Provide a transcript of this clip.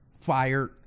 fired